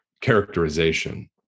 characterization